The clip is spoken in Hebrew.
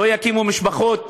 לא יקימו משפחות?